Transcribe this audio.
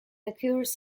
occurs